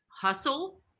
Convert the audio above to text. hustle